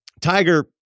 Tiger